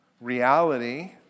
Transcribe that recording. reality